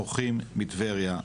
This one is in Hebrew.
בורחים מטבריה,